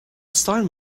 asylum